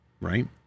right